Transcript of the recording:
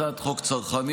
הצעת חוק צרכנית,